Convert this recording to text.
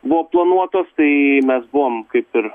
buvo planuotos tai mes buvom kaip ir